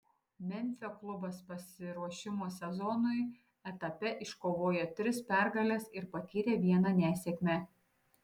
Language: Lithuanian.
memfio klubas pasiruošimo sezonui etape iškovojo tris pergales ir patyrė vieną nesėkmę